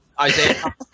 Isaiah